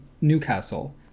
Newcastle